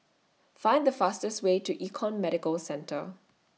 Find The fastest Way to Econ Medicare Centre